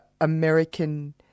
American